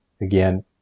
again